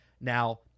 Now